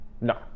no